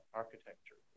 architecture